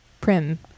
Prim